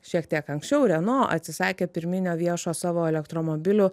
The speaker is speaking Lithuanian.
šiek tiek anksčiau renault atsisakė pirminio viešo savo elektromobilių